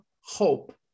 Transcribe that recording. hope